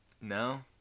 No